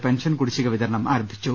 pension കുടിശ്ശിക വിതരണം ആരംഭിച്ചു